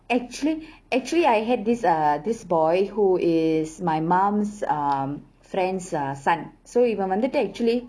actually actually I had this err this boy who is my mum's um friend's uh son so இவன் வந்துட்டு:ivan vanthuttu actually